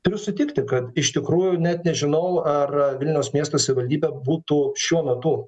turiu sutikti kad iš tikrųjų net nežinau ar vilniaus miesto savivaldybė būtų šiuo metu